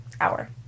hour